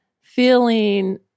feeling